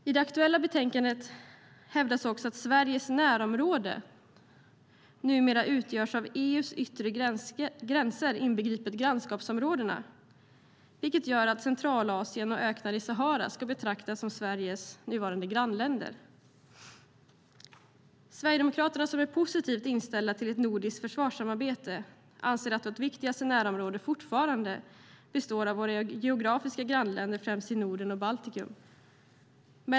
I det aktuella betänkandet hävdas också att Sveriges närområde numera utgörs av EU:s yttre gränser inbegripet grannskapsområdena, vilket gör att Centralasien och öknar i Sahara ska betraktas som Sveriges nuvarande grannländer. Sverigedemokraterna, som är positivt inställda till ett nordiskt försvarssamarbete, anser att vårt viktigaste närområde fortfarande består av våra geografiska grannländer främst i Norden och Baltikum.